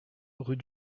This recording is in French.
rue